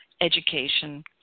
education